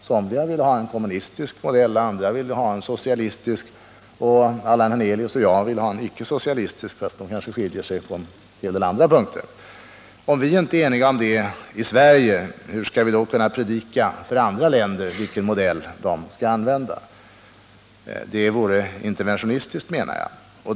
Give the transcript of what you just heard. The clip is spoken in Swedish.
Somliga vill ha en kommunistisk modell, andra vill ha en socialistisk, och Allan Hernelius och jag vill ha en icke-socialistisk — låt vara att de system vi vill ha kanske skiljer sig åt på en hel del andra punkter. Om vi inte är ense om detta i Sverige, hur skall vi då kunna predika för andra länder vilken modell de skall använda? Det vore interventionistiskt, menar jag.